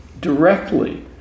directly